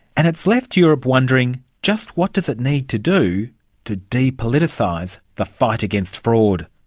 and it's left europe wondering just what does it need to do to depoliticise the fight against fraud.